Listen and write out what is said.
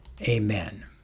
Amen